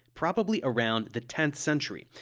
probably around the tenth century,